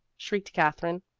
shrieked katherine.